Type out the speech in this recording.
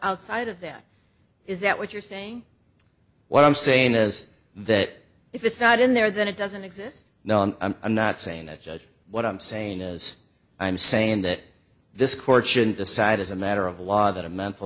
outside of that is that what you're saying what i'm saying is that if it's not in there then it doesn't exist i'm not saying that judge what i'm saying is i'm saying that this court shouldn't decide as a matter of law that a mental